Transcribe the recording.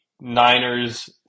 Niners